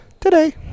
today